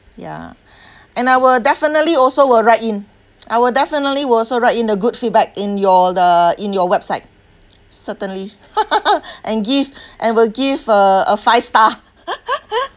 ya and I will definitely also will write in I will definitely will also write in the good feedback in your the in your website certainly and give and will give uh a five star